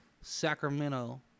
Sacramento